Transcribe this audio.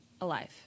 Alive